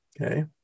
Okay